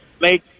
make